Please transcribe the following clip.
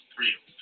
real